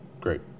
Great